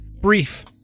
brief